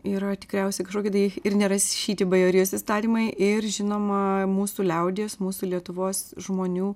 yra tikriausiai kažkokie tai ir nerašyti bajorijos įstatymai ir žinoma mūsų liaudies mūsų lietuvos žmonių